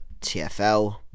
TFL